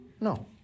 No